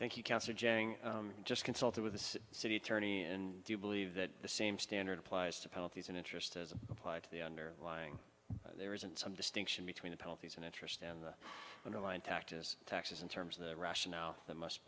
thank you cancer just consulted with the city attorney and you believe that the same standard applies to penalties and interest as applied to the underlying there isn't some distinction between the penalties and interest on the line taxes taxes in terms of the rationale that must